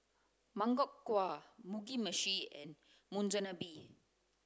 Makchang gui Mugi meshi and Monsunabe